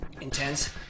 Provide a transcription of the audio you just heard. intense